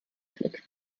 fleck